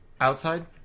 Outside